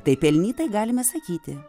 tai pelnytai galime sakyti